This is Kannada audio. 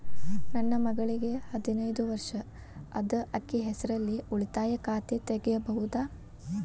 ನನ್ನ ಮಗಳಿಗೆ ಹದಿನೈದು ವರ್ಷ ಅದ ಅಕ್ಕಿ ಹೆಸರಲ್ಲೇ ಉಳಿತಾಯ ಖಾತೆ ತೆಗೆಯಬಹುದಾ?